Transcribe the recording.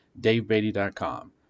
DaveBeatty.com